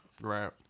Right